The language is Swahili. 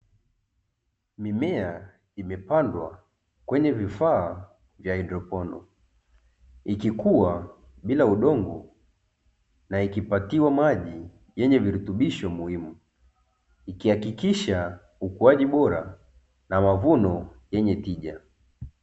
Mimea imepandwa kwenye vifaa vya haidroponi, ikikuwa bila udongo na ikipatiwa, maji yenye virutubisho muhimu sana ikihakikisha ukuaji bora na mavuno yenye tija.